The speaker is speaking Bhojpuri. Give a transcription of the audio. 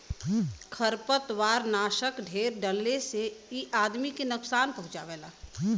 खरपतवारनाशक ढेर डलले से इ आदमी के नुकसान पहुँचावला